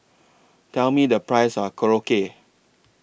Tell Me The Price of Korokke